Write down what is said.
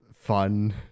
fun